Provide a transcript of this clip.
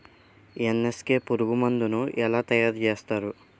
NSK పురుగు మందు ను ఎలా తయారు చేస్తారు?